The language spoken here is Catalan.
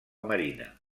marina